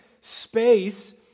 space